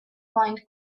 find